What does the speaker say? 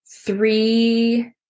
three